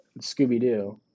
Scooby-Doo